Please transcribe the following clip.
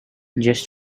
just